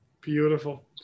Beautiful